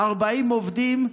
40 עובדים,